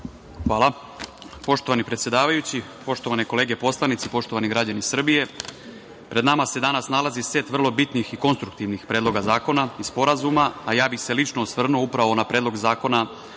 Hvala. Poštovani predsedavajući, poštovane kolege poslanici, poštovani građani Srbije, pred nama se danas nalazi set vrlo bitnih i konstruktivnih predloga zakona i sporazuma, a ja bih se lično osvrnuo upravo na Predlog zakona